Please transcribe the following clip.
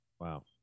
Wow